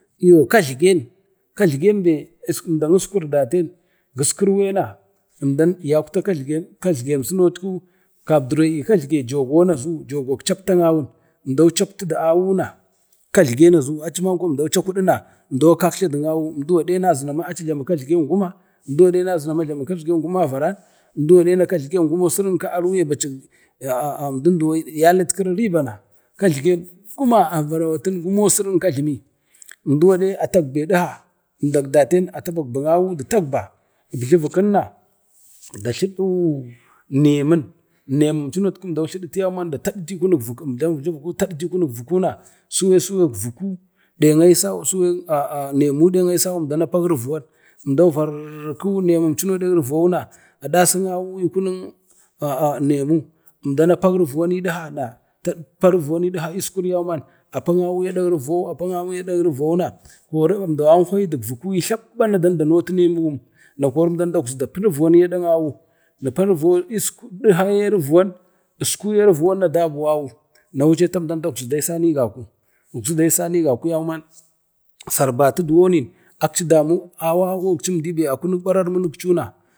iyo katlegen ben əmdakeskur daten, giskirwai na emdan yakta kajlagen kajlgensunatku kabduro ee kajlage jogon na azu jogo captan awun emdan captu du awun na katlegun emdan cakudi na emdo kakjla du awun emdu wade na zuno ma aci jlamu kajlage guma, umdan gade na zuno ma aci jlamu guma varan, emdan wade na katlegen gumo sirrin ka a ruye, əmdin duwo yalitkili riba guma avarawatin gumo siri ka jlami emdu wade atakba edha emdak daten na kima yarori ribawa kwaya katlege gumovera kwatiri yaya chaba, umdek date atabakba awun da tabakba abjlu vukanna datladu nemin nemin cuno emda tladatiyauba emda tudara e kunik vukuna seye vuku dang aisa seyak vuku dang aisa nemu dang ayasa emdanak pak ruvuwa emdau varku deng emco na ding ruvuwana da dasin awunin ekunuk remu emdan pak ruvuwan edha na ta pa ruvuwan edha eskwur yauman ya pan awu adang ruvuwau ya pan awun adak ruvuwau na kori emdan nankwayi du vaku ee jlabba na danda noti nemuwu na kori emdan dakzi da pu ruvuwan edak awunu ruvuwan eskuye ruvuwan awun a dabu emdan dani dapi dasan egaku ekjlu dasan ni gaku yauman sarbatu du wani sarbatu duwoni akcin dumu awuni di be akunuk bararmincina.